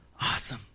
awesome